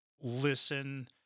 listen